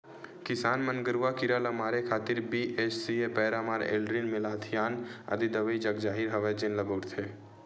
किसान मन गरूआ कीरा ल मारे खातिर बी.एच.सी.ए पैरामार, एल्ड्रीन, मेलाथियान आदि दवई जगजाहिर हवय जेन ल बउरथे